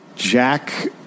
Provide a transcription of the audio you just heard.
Jack